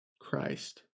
Christ